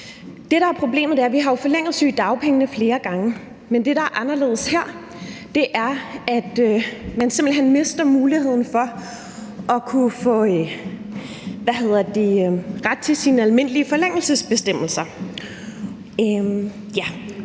problemet, er, at vi jo har forlænget sygedagpengene flere gange, men det, der er anderledes her, er, at man simpelt hen mister muligheden for at kunne få ret til sine almindelige forlængelsesbestemmelser.